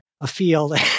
afield